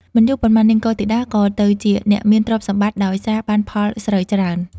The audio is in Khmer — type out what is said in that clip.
មិនយូរប៉ុន្មាន នាងកុលធីតា ក៏ទៅជាអ្នកមានទ្រព្យសម្បត្តិដោយសារបានផលស្រូវច្រើន។